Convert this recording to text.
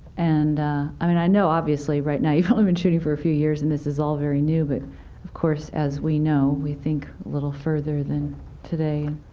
and i mean i know, obviously, right now, you've only been shooting for a few years, and this is all very new, but of course, as we know, we think a little further than today.